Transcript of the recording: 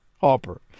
Harper